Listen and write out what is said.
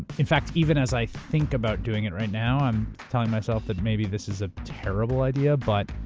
in fact, even as i think about doing it right now, i'm telling myself that maybe this is a terrible idea, but.